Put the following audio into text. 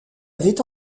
avaient